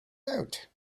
out